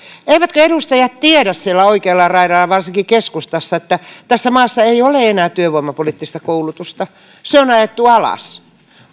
eivätkö edustajat tiedä siellä oikealla laidalla varsinkin keskustassa että tässä maassa ei ole enää työvoimapoliittista koulutusta se on ajettu alas